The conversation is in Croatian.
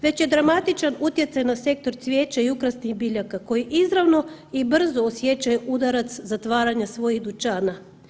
Već je dramatičan utjecaj na sektor cvijeća i ukrasnih biljaka koji izravno i brzo osjećaju udarac zatvaranja svojih dućana.